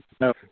No